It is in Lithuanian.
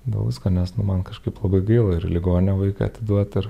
dėl visko nes nu man kažkaip labai gaila ir į ligoninę vaiką atiduot ir